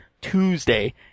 Tuesday